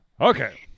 Okay